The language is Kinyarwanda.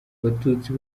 abatutsi